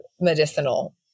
medicinal